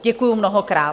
Děkuji mnohokrát.